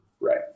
right